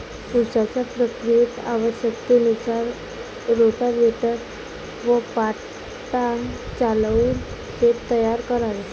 उसाच्या प्रक्रियेत आवश्यकतेनुसार रोटाव्हेटर व पाटा चालवून शेत तयार करावे